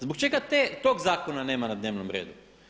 Zbog čega tog zakona nema na dnevnom redu?